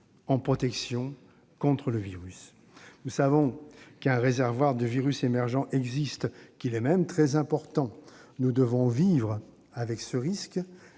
en protections contre le virus. Nous savons qu'un réservoir de virus émergents existe, et qu'il est même très important. Nous devons vivre avec ce risque